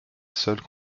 seuls